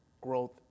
growth